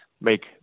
make